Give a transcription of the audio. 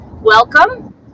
welcome